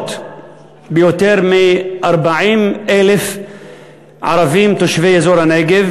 ביותר מ-40,000 ערבים תושבי אזור הנגב,